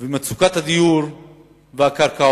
ומצוקת הדיור והקרקעות,